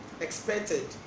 expected